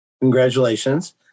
Congratulations